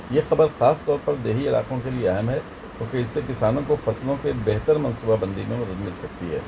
یہ خبر خاص طور پر دیہی علاقوں کے لیے اہم ہے کیونکہ اس سے کسانوں کو فصلوں کے بہتر منصوبہ بندی میں مدد مل سکتی ہے